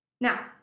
Now